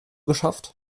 geschafft